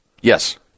Yes